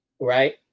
Right